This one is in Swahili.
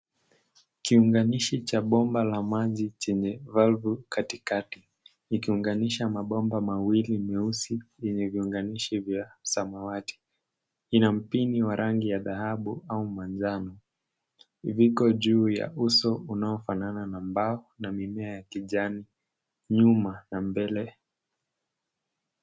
Kiunganishi cha bomba la maji chenye valvu katikati ikiunganisha mabomba mawili meusi yenye viunganishi vya samawati. Ina mpini wa rangi ya dhahabu au manjano. Viko juu ya uso unaofanana na mbao na mimea ya kijani nyuma na mbele.